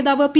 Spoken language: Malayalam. നേതാവ് പി